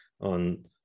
on